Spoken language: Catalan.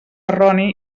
erroni